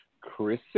Chris